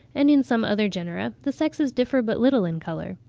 and in some other genera, the sexes differ but little in colour.